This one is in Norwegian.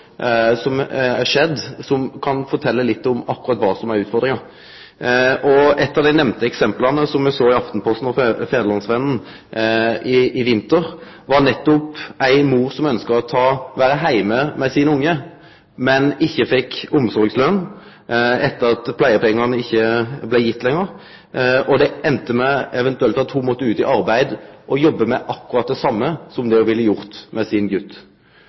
som er skjedd, og som kan fortelje litt om kva som er utfordringa. Eit eksempel som me såg i Aftenposten og i Fædrelandsvennen i vinter, var ei mor som ønskte å vere heime med barnet sitt, men ho fekk ikkje omsorgsløn etter at det ikkje blei gitt pleiepengar lenger. Det enda med at ho måtte ut i arbeid og jobbe med akkurat det same som ho ville gjort med guten sin.